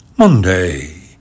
Monday